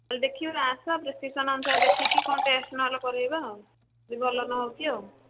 ଦେଖିବା ଆସ ପ୍ରେସ୍କ୍ରିପ୍ସନ୍ ଅନୁସାରେ ଦେଖିକି କ'ଣ ଟେଷ୍ଟ୍ ନହେଲେ କରାଇବା ଆଉ ଯଦି ଭଲ ନ ହେଉଛି ଆଉ